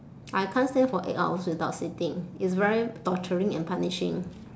I can't stand for eight hours without sitting it's very torturing and punishing